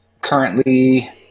currently